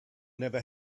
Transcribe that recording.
never